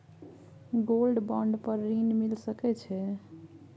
Gold bond पर ऋण मिल सके छै?